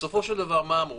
בסופו של דבר, מה אמרו?